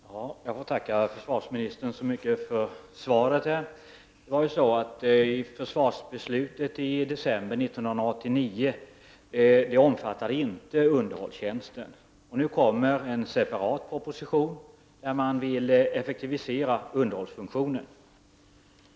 Herr talman! Jag får tacka försvarsministern så mycket för svaret. Försvarsbeslutet från december 1989 omfattar inte underhållstjänsten. Nu kommer en separat proposition, där man vill effektivisera underhållsfunktionen.